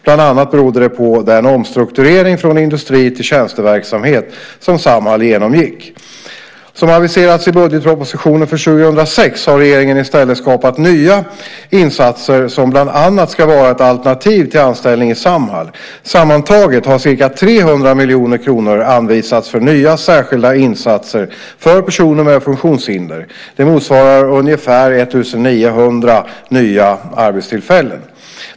Bland annat berodde det på den omstrukturering från industri till tjänsteverksamhet som Samhall genomgick. Som aviserats i budgetpropositionen för 2006 har regeringen i stället skapat nya insatser som bland annat ska vara ett alternativ till anställning i Samhall. Sammantaget har ca 300 miljoner kronor anvisats för nya särskilda insatser för personer med funktionshinder. Det motsvarar ungefär 1 900 nya arbetstillfällen.